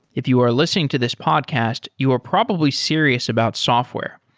if you are listening to this podcast, you are probably serious about software.